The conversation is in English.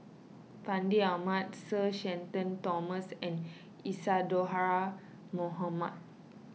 Fandi Ahmad Sir Shenton Thomas and Isadhora Mohamed